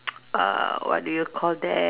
uh what do you call that